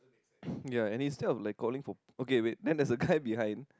ya and instead of like calling for okay wait man there is a kind behind